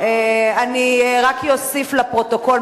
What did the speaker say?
אני רק אוסיף לפרוטוקול,